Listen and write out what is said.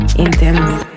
intense